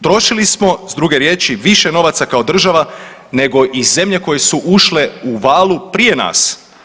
Trošili smo s druge riječi više novaca kao država, nego i zemlje koje su ušle u valu prije nas.